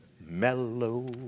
Mellow